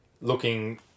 Looking